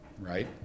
right